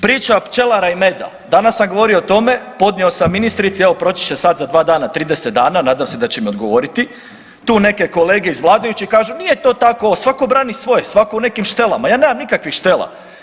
Priča pčelara i meda, danas sam govorio o tome, podnio sam ministrici, evo proći će sad za dva dana 30 dana, nadam se da će mi odgovoriti, tu neke kolege iz vladajuće kažu nije to tako, svako brani svoje, svako u nekim štelama, ja nemam nikakvih štela.